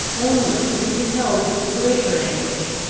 only to be repelled with the greater anguish,